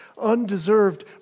undeserved